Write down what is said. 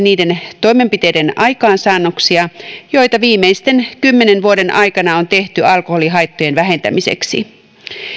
niiden toimenpiteiden aikaansaannoksia joita viimeisten kymmenen vuoden aikana on tehty alkoholihaittojen vähentämiseksi